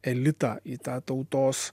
elitą į tą tautos